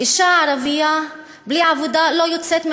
אישה ערבייה בלי עבודה לא יוצאת מהבית.